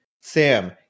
Sam